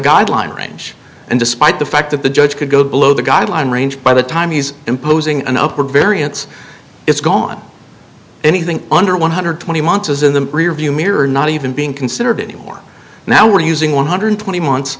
guideline range and despite the fact that the judge could go below the guideline range by the time he's imposing an upper variance it's gone anything under one hundred twenty months is in the rearview mirror not even being considered anymore now we're using one hundred twenty months